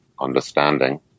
understanding